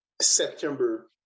September